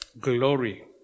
glory